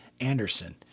Anderson